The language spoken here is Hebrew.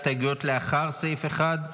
הסתייגויות לאחר סעיף 1,